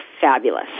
fabulous